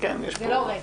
בה --- זה לא רצח.